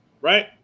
right